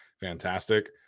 Fantastic